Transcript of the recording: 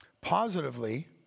positively